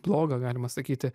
blogą galima sakyti